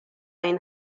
این